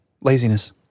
Laziness